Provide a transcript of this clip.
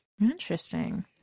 interesting